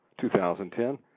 2010